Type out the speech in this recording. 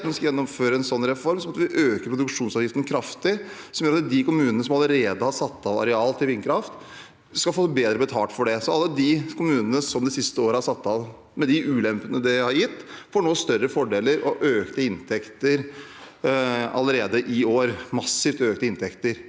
vi gjennomføre en sånn reform, måtte vi øke produksjonsavgiften kraftig, slik at de kommunene som allerede har satt av areal til vindkraft, skal få bedre betalt for det. Alle de kommunene som det siste året har satt av areal, med de ulempene det har gitt, får nå større fordeler og økte inntekter allerede i år